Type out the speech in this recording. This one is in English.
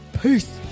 Peace